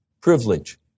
privilege